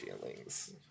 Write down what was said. feelings